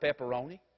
pepperoni